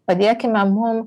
padėkime mum